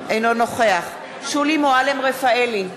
אינו נוכח שולי מועלם-רפאלי,